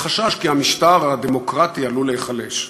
וחשש כי המשטר הדמוקרטי עלול להיחלש.